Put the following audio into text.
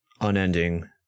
unending